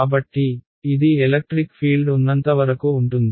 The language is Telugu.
కాబట్టి ఇది ఎలక్ట్రిక్ ఫీల్డ్ ఉన్నంతవరకు ఉంటుంది